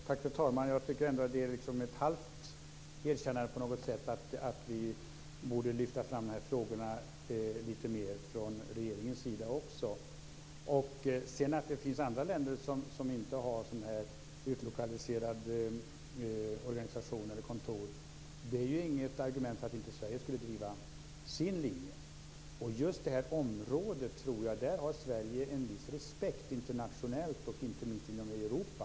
Fru talman! Jag tycker ändå att det här på något sätt är ett halvt erkännande om att man borde lyfta fram de här frågorna lite mer från regeringens sida också. Att det finns andra länder som inte har någon sådan här utlokaliserad organisation eller något sådant här kontor är ju inget argument för att inte Sverige skulle kunna driva sin linje. Just på det här området tror jag att Sverige har en viss respekt internationellt, inte minst inom Europa.